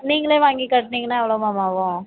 நீங்களே வாங்கி கட்னீங்கன்னா எவ்வளோ மேம் ஆவும்